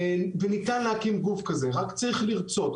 וניתן להקים גוף כזה, רק צריך לרצות.